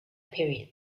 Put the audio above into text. period